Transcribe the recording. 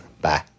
Bye